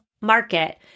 Market